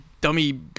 dummy